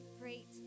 great